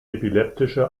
epileptische